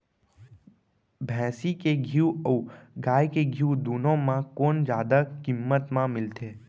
भैंसी के घीव अऊ गाय के घीव दूनो म कोन जादा किम्मत म मिलथे?